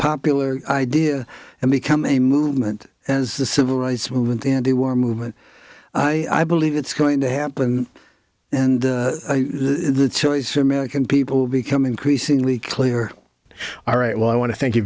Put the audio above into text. popular idea and become a movement and the civil rights movement and the war movement i believe it's going to happen and the choice for american people will become increasingly clear all right well i want to thank you